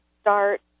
start